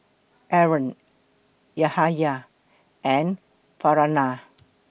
Aaron Yahaya and Farhanah